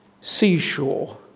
seashore